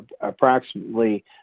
approximately